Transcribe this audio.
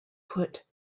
put